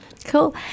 Cool